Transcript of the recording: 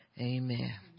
Amen